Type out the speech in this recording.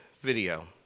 video